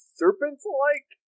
serpent-like